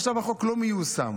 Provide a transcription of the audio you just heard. עכשיו החוק לא מיושם.